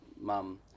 mum